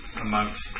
amongst